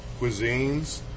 cuisines